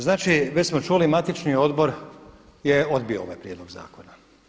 Znači već smo čuli matični odbor je odbio ovaj prijedlog zakona.